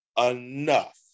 enough